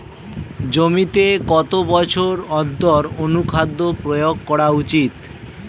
জমিতে কত বছর অন্তর অনুখাদ্য প্রয়োগ করা উচিৎ?